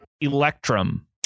electrum